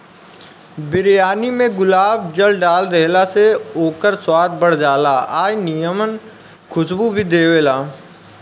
बिरयानी में गुलाब जल डाल देहला से ओकर स्वाद बढ़ जाला आ निमन खुशबू भी देबेला